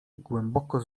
głęboko